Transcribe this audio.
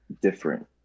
different